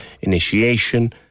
initiation